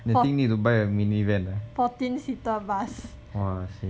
fo~ fourteen seater bus